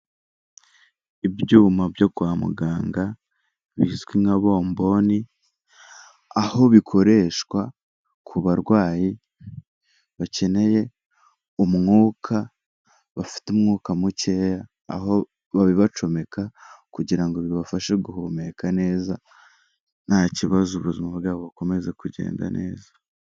Ibyuma byo kwa muganga bizwi nka bomboni aho bikoreshwa ku barwayi bakeneye umwuka bafite umwuka muke aho babibacomeka kugira ngo bibashe guhumeka neza ntakibazo ubuzima bwabo bukomeze kugenda neza.